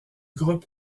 groupe